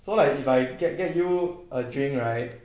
so like if I get get you a drink right